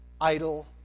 idle